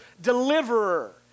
deliverer